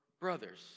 brothers